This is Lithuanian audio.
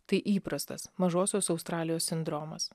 tai įprastas mažosios australijos sindromas